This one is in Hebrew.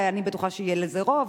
ואני בטוחה שיהיה לזה רוב,